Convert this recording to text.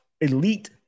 elite